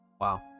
Wow